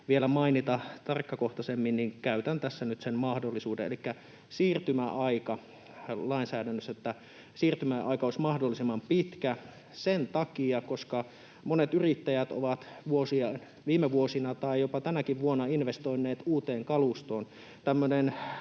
vielä mainita tarkkakohtaisemmin, niin käytän tässä nyt sen mahdollisuuden. — Elikkä siirtymäajan tulisi lainsäädännössä olla mahdollisimman pitkä sen takia, että monet yrittäjät ovat viime vuosina tai jopa tänäkin vuonna investoineet uuteen kalustoon.